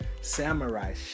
Samurai